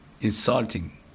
insulting